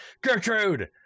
Gertrude